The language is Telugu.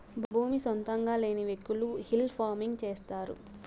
భూమి సొంతంగా లేని వ్యకులు హిల్ ఫార్మింగ్ చేస్తారు